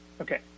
Okay